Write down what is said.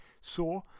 saw